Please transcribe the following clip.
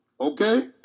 Okay